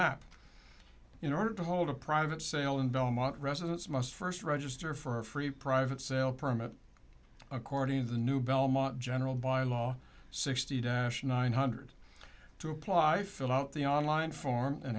map in order to hold a private sale in belmont residents must first register for free private sale permit according to the new belmont general by law sixty dash nine hundred two apply fill out the online form and